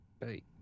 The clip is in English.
Hey